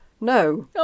no